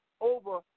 over